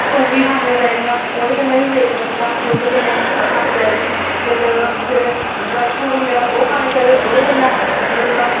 सोंगी खानियां चाही दियां ओह्दे कन्नै बी वेट बधदा दुद्ध कन्नै खानी चाहिदी फिर जेह्ड़े ड्राई फ्रूट होंदे आ ओह् खाने चाहिदे ओह्दे कन्नै बधदा